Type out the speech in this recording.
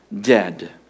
dead